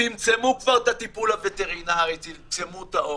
צמצמו כבר את הטיפול הווטרינרי, צמצמו את האוכל.